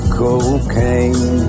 cocaine